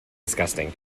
disgusting